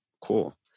Cool